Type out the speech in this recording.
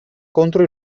contro